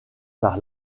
par